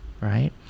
right